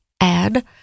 add